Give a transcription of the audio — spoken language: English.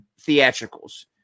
theatricals